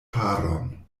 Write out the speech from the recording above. paron